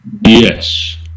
Yes